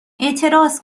اعتراض